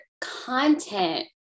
content